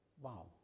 Wow